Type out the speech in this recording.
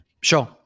Sure